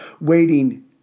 Waiting